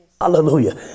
Hallelujah